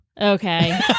Okay